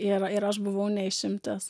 ir ir aš buvau ne išimtis